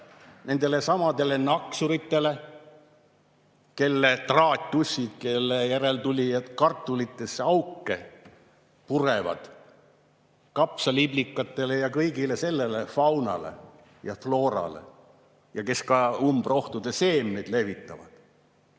nendelesamadele naksurlastele, traatussidele, kelle järeltulijad kartulitesse auke purevad, kapsaliblikatele, kõigele sellele, faunale ja floorale, kes ka umbrohu seemneid levitavad.